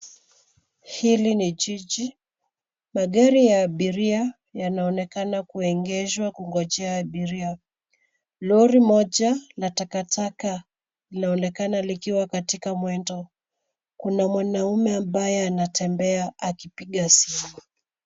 Hili ni jiji. Magari ya abiria yanaonekana kuegeshwa kungojea abiria. Lori moja la takataka linaonekana likiwa katika mwendo. Kuna mwanaume ambaye anatembea akipiga simu.